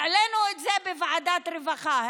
העלינו את זה בוועדת הרווחה,